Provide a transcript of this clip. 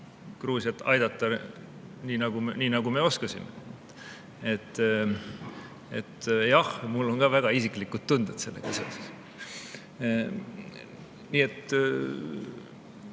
Gruusiat aidata nii, nagu me oskasime. Jah, mul on ka väga isiklikud tunded sellega seoses.